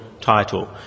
title